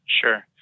Sure